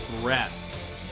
Breath